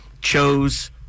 chose